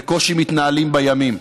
בקושי מתנהלים בימים,